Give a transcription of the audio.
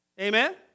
Amen